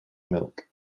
milk